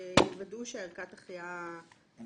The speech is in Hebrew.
שיוודאו שערכת ההחייאה פועלת.